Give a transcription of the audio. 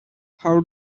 how